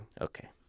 Okay